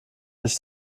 durch